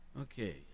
Okay